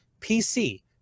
PC